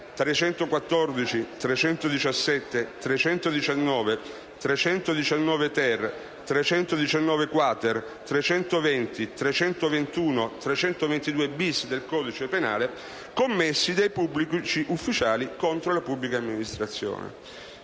314, 317, 319, 319-*ter*, 319-*quater*, 320, 321 e 322-*bis* del codice penale, commessi dai pubblici ufficiali contro la pubblica amministrazione.